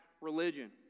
Religion